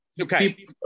okay